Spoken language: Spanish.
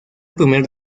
primer